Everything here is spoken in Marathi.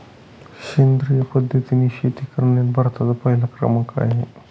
सेंद्रिय पद्धतीने शेती करण्यात भारताचा पहिला क्रमांक आहे